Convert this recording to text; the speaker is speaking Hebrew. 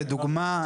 לדוגמה,